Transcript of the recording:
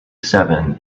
seven